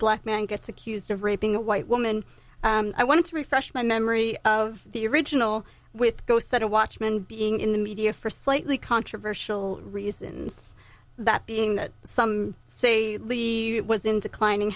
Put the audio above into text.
black man gets accused of raping a white woman i want to refresh my memory of the original with ghost set of watchman being in the media for slightly controversial reasons that being that some say lee was in declining